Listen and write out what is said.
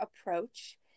approach